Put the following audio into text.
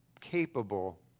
capable